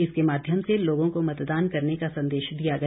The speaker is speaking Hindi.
इसके माध्यम से लोगों को मतदान करने का संदेश दिया गया